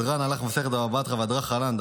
הדרן עלך מסכת בבא בתרא והדרך עלן.